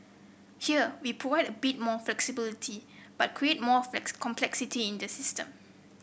here we provide a bit more flexibility but create more complexity in the system